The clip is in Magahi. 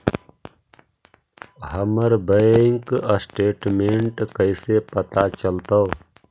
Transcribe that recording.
हमर बैंक स्टेटमेंट कैसे पता चलतै?